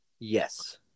Yes